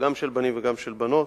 גם של בנים וגם של בנות,